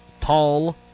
Tall